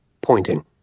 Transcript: pointing